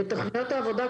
בתכניות העבודה,